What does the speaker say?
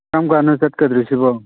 ꯀꯔꯝ ꯀꯥꯟꯅꯣ ꯆꯠꯀꯗꯧꯔꯤꯁꯤꯕꯣ